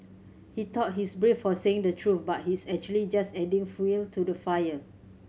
he thought he's brave for saying the truth but he's actually just adding fuel to the fire